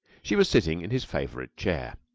she was sitting in his favorite chair.